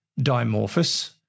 Dimorphus